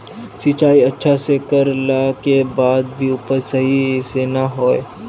सिंचाई अच्छा से कर ला के बाद में भी उपज सही से ना होय?